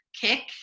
Kick